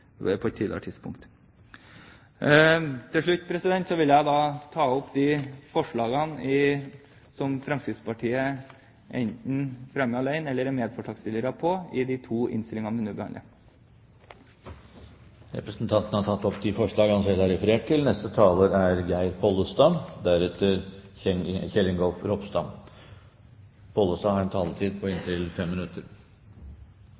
på et tidligere tidspunkt selv har sagt at de skal komme tilbake til? Til slutt vil jeg ta opp de forslagene som Fremskrittspartiet enten fremmer alene eller er medforslagsstiller til i de to innstillingene vi nå behandler. Representanten Robert Eriksson har tatt opp de forslagene han refererte til. For Senterpartiet er kampen for økonomisk utjamning en